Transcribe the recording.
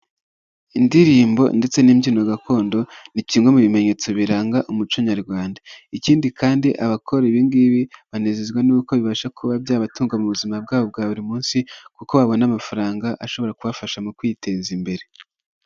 Indirimbo ndetse n'imbyino gakondo, ni kimwe mu bimenyetso biranga umuco nyarwanda, ikindi kandi abakora ibingibi banezezwa nuko bibasha kuba byabatunga mu buzima bwabo bwa buri munsi, kuko babona amafaranga ashobora kubafasha mu kwiteza imbere.